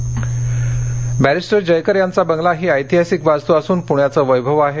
जयकर बंगला बॅरिस्टर जयकर यांचा बंगला ही ऐतिहासिक वास्तू असून पुण्याचे वैभव आहे